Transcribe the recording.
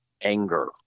anger